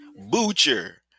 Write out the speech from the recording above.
Butcher